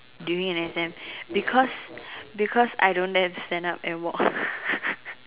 during an exams because because I don't dare to stand up and walk